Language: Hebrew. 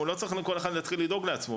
הוא לא צריך לכל אחד להתחיל לדאוג לעצמו.